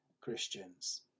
Christians